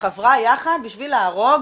שחברה יחד בשביל להרוג